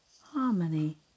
harmony